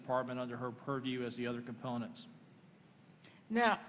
department under her purview as the other components now